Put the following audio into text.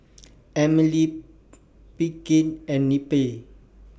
Emily Pinkie and Neppie